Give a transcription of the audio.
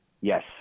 Yes